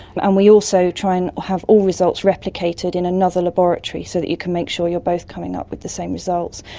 and we also try and have all results replicated in another laboratory so that you can make sure you are both coming up with the same results.